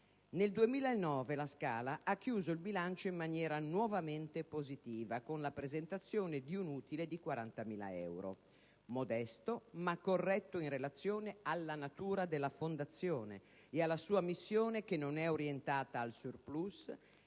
Nel 2009 la Scala ha chiuso il bilancio in maniera nuovamente positiva, con la presentazione di un utile di 40.000 euro, modesto ma corretto in relazione alla natura della Fondazione e alla sua missione, la quale non è orientata al *surplus* economico